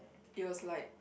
it was like